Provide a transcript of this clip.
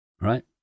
right